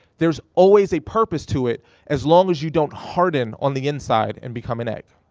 there's always a purpose to it as long as you don't harden on the inside and become an egg.